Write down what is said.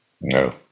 No